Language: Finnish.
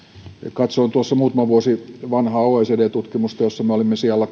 katsoin tuossa muutama vuosi vanhaa oecd tutkimusta jossa me olimme sijalla